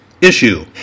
Issue